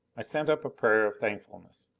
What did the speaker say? i sent up a prayer of thankfulness.